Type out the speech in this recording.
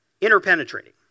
Interpenetrating